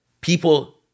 people